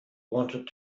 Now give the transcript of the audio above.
wanted